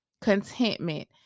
contentment